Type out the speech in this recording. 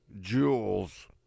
jewels